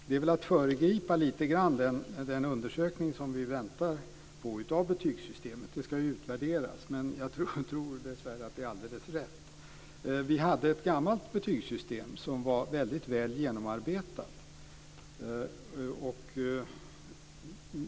Det är väl att lite grann föregripa den undersökning som vi väntar på av betygssystemet. Det ska utvärderas. Men jag tror dessvärre att hon har alldeles rätt. Vi hade ett gammalt betygssystem som var väldigt väl genomarbetat.